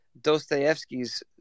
Dostoevsky's